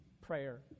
prayer